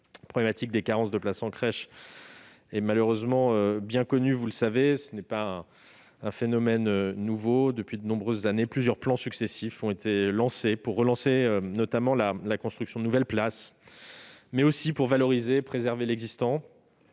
problématique des carences de places en crèche est malheureusement bien connue, et ce n'est pas un phénomène nouveau. Depuis de nombreuses années, plusieurs plans successifs ont été établis pour relancer notamment la construction de nouvelles places, mais aussi pour valoriser et préserver l'existant,